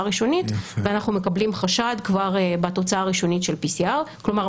ראשונית ואנחנו מקבלים חשד כבר בתוצאה הראשונית של PCR. כלומר,